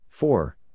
Four